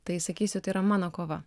tai sakysiu tai yra mano kova